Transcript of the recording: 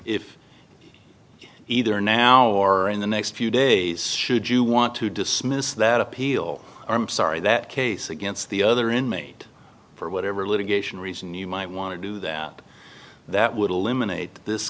you either now or in the next few days should you want to dismiss that appeal i'm sorry that case against the other inmate for whatever litigation reason you might want to do that that would eliminate this